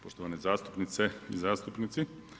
Poštovane zastupnice i zastupnici.